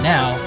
Now